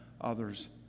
others